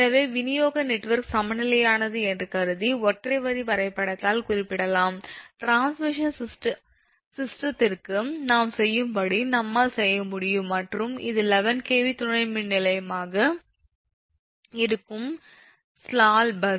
எனவே விநியோக நெட்வொர்க் சமநிலையானது என்று கருவி ஒற்றை வரி வரைபடத்தால் குறிப்பிடலாம் டிரான்ஸ்மிஷன் சிஸ்டத்திற்கு நாம் செய்யும் வழி நம்மால் செய்ய முடியும் மற்றும் இது 11 𝑘𝑉 துணை மின்நிலையமாக இருக்கும் ஸ்லாக் பஸ்